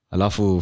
Alafu